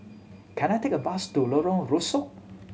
can I take a bus to Lorong Rusuk